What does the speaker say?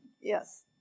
yes